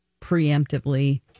preemptively